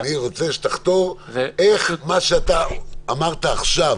בדיוק, אני רוצה שתחתור לאיך את מה שאמרת עכשיו